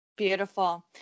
Beautiful